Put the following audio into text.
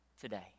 today